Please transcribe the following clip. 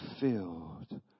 filled